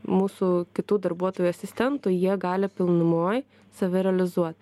mūsų kitų darbuotojų asistentų jie gali pilnumoj save realizuot